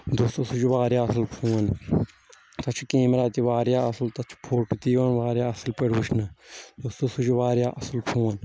دوستو سُہ چھُ واریاہ اصٕل فون تتھ چھُ کیمرا تہِ واریاہ اصٕل تتھ چھِ فوٹو تہِ یِوان واریاہ اصٕل پٲٹھۍ وچھنہٕ دوستو سُہ چھُ واریاہ اصٕل فون